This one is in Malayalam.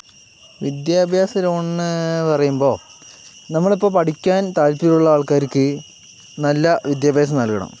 വിദ്യാഭ്യാസ ലോൺ എന്ന് പറയുമ്പോൾ നമ്മളിപ്പോ പഠിക്കാൻ താല്പര്യം ഉള്ള ആൾക്കാർക്ക് നല്ല വിദ്യാഭ്യാസം നൽകണം